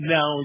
Now